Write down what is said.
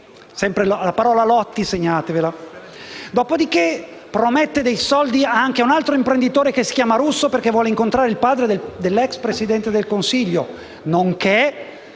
la parola «lotti» - e dopo promette dei soldi anche a un altro imprenditore, che si chiama Russo, perché vuole incontrare il padre dell'ex Presidente del Consiglio, nonché